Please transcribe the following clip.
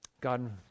God